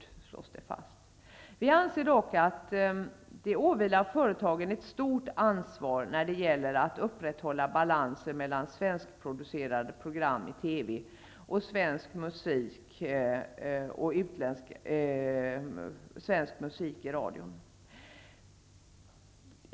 Vi anser dock att ett stort ansvar åvilar företagen när det gäller att upprätthålla balansen mellan å ena sidan svenskproducerade program i TV och svensk musik i radio och å andra sidan utländska TV-program och utländsk musik.